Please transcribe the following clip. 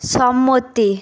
সম্মতি